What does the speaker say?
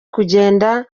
kugenda